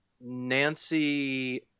Nancy